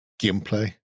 gameplay